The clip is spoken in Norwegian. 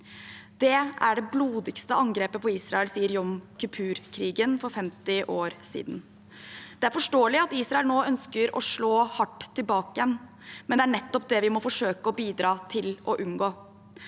Dette er det blodigste angrepet på Israel siden jom kippur-krigen for 50 år siden. Det er forståelig at Israel nå ønsker å slå hardt tilbake, men det er nettopp det vi må forsøke å bidra til å unngå.